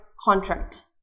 contract